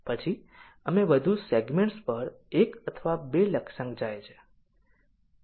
પછી અમે વધુ સેગમેન્ટ્સ પર 1 અથવા 2 લક્ષ્યાંક જાય છે